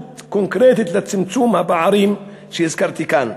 קונקרטית לצמצום הפערים שהזכרתי כאן.